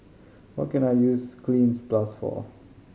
what can I use Cleanz Plus for